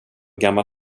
gammal